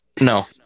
No